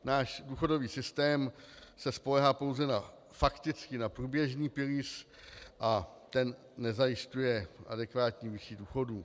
Náš důchodový systém se spoléhá fakticky na průběžný pilíř a ten nezajišťuje adekvátní výši důchodů.